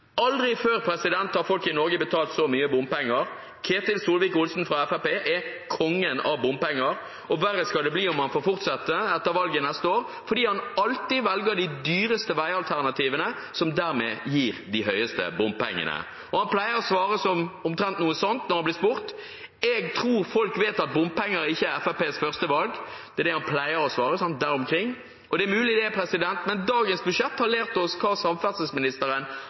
Aldri før har folk i Norge betalt så mye bompenger. Ketil Solvik-Olsen fra Fremskrittspartiet er kongen av bompenger. Og verre skal det bli om han får fortsette etter valget neste år, fordi han alltid velger de dyreste veialternativene, som dermed gir de høyeste bompengene. Han pleier å svare omtrent slik når han blir spurt: Jeg tror folk vet at bompenger ikke er Fremskrittspartiets førstevalg. Det er det han pleier å svare, sånn der omkring. Det er mulig det, men dagens budsjett har lært oss hva samferdselsministeren